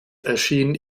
erschien